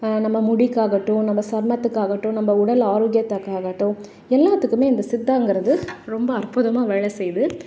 நம்ம முடிக்காகட்டும் நம்ம சருமத்துக்காகட்டும் நம்ம உடல் ஆரோக்கியத்துக்காகட்டும் எல்லாத்துக்குமே இந்த சித்தாங்கிறது ரொம்ப அற்புதமாக வேலை செய்யுது